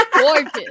gorgeous